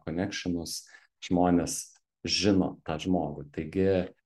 konekšinus žmonės žino tą žmogų taigi